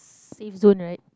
safe zone right